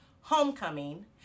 homecoming